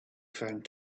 found